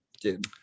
dude